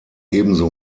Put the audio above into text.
ebenso